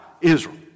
Israel